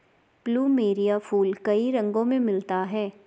plumeria फूल कई रंगो में मिलता है